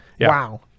wow